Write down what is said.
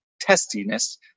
testiness